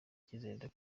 icyizere